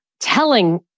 telling